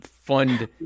fund